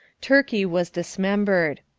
turkey was dismembered.